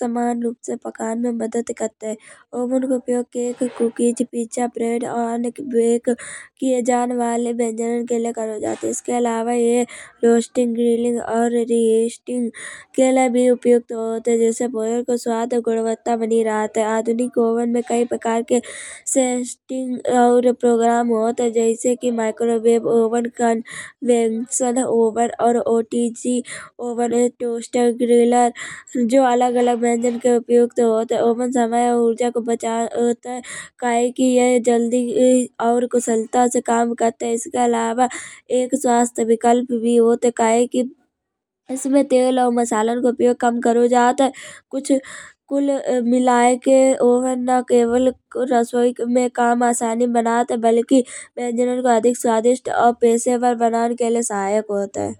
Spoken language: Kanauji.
समान रूप से पकान मा मदद करत है। ओवन को उपयोग केक कुकीज पिज्जा ब्रेड अधिक बेक किये जान वाले व्यंजनन के लाये करों जात है। इसके अलावा यह रोस्टिंग ग्रिलिंग और रीहीटिंग के लाये भी उपयुक्त होत है। जिससे भोजन के स्वाद गुणवत्ता बनी रहत है। आधुनिक ओवन में कई प्रकार के सेंसिंग और प्रोग्राम होत है। जैसे कि माइक्रोवेव ओवन का वेर्शन ओवन और ओटीजी ओवन टोस्टर ग्रिलर। जो अलग अलग व्यंजन के उपयुक्त होत है। ओवन समय और ऊर्जा को बचात है। कहे कि यह जल्दी और कुशलता से काम करत है। इसके अलावा एक स्वास्थ्य विकल्प भी होत है। कहेसे कि इसमें तेल और मसालन को कम करों जात है। कुल मिलाके के ओवन ना केवल रसोई में काम आसानी बनत है। बल्कि व्यंजनन का अधिक स्वादिष्ट और पेशेवर बनन के लाये सहायक होत है।